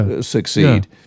succeed